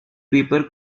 paper